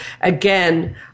again